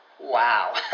Wow